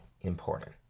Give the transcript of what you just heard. important